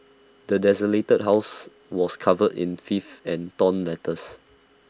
the desolated house was covered in filth and torn letters